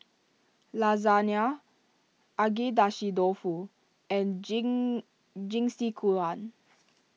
Lasagne Agedashi Dofu and Jing Jingisukan